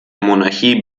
monarchie